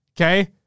Okay